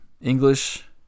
English